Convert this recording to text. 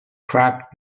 crack